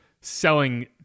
selling